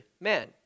men